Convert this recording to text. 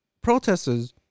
protesters